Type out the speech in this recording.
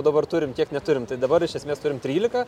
dabar turim kiek neturim tai dabar iš esmės turim trylika